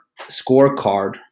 scorecard